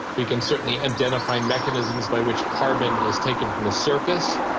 we can certainly identify and mechanisms by which carbon is taken from the surface,